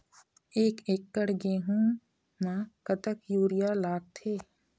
एक एकड़ गेहूं म कतक यूरिया लागथे?